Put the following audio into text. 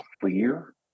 clear